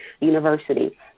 University